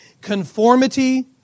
conformity